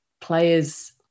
players